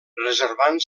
reservant